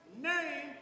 name